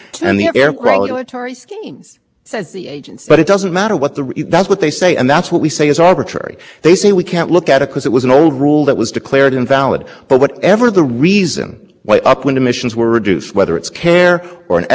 refused to look at for the arbitrary reason that it was impacted by care and then they could come back and say we've looked at the data we realise we now have to change some of our projections or they could come back and say we have a better explanation that's always open to them was this an ongoing